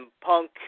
Punk